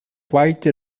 quite